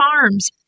Farms